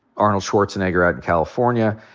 arnold schwarzenegger out in california.